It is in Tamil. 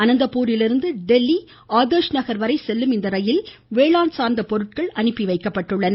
அனந்தபூரிலிருந்து தில்லி ஆதர்நகர் வரை செல்லும் இந்த ரயிலில் வேளாண் சார்ந்த பொருட்கள் அனுப்பி வைக்கப்பட்டுள்ளன